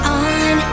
on